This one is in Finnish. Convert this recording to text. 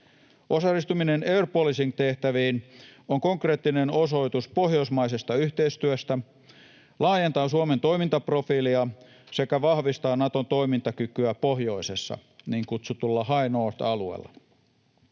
Osallistuminen air policing ‑tehtäviin on konkreettinen osoitus pohjoismaisesta yhteistyöstä, laajentaa Suomen toimintaprofiilia sekä vahvistaa Naton toimintakykyä pohjoisessa niin kutsutulla High North ‑alueella.